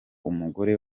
umugore